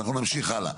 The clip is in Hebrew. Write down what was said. אנחנו נמשיך הלאה.